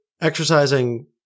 exercising